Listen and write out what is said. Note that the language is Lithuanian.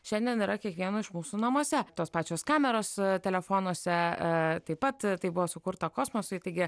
šiandien yra kiekvieno iš mūsų namuose tos pačios kameros telefonuose taip pat tai buvo sukurta kosmosui taigi